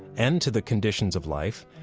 and to the conditions of life,